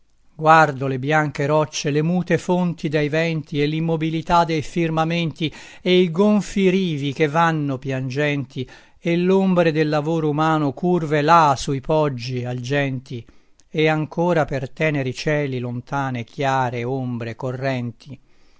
guardo le bianche rocce le mute fonti dei venti e l'immobilità dei firmamenti e i gonfi rivi che vanno piangenti e l'ombre del lavoro umano curve là sui poggi algenti e ancora per teneri cieli lontane chiare ombre correnti